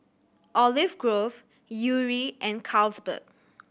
Olive Grove Yuri and Carlsberg